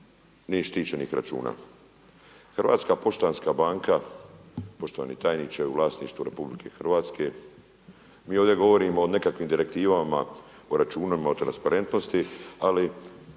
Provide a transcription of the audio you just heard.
ni štićenih računa. Hrvatska poštanska banka, poštovani tajniče u vlasništvu je RH. Mi ovdje govorimo o nekakvim direktivama, o računima, o transparentnosti ali